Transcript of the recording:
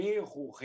erro